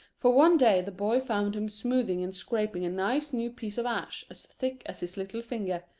for one day the boy found him smoothing and scraping a nice new piece of ash as thick as his little finger,